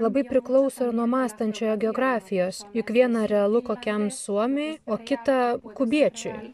labai priklauso ir nuo mąstančiojo geografijos juk viena realu kokiam suomiui o kita kubiečiui